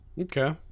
Okay